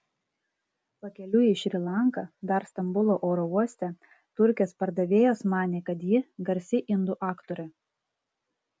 pakeliui į šri lanką dar stambulo oro uoste turkės pardavėjos manė kad ji garsi indų aktorė